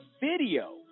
video